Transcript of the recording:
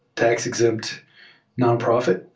tax-exempt nonprofit.